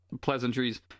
pleasantries